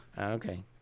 Okay